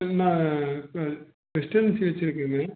நான் வைச்சுருக்கேங்க